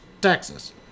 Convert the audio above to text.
Texas